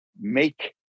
make